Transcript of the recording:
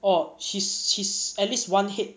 orh she's she's at least one head